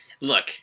look